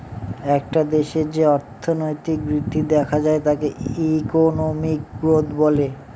একটা দেশে যে অর্থনৈতিক বৃদ্ধি দেখা যায় তাকে ইকোনমিক গ্রোথ বলে